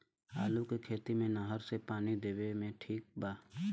आलू के खेती मे नहर से पानी देवे मे ठीक बा?